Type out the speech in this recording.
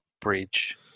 bridge